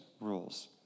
rules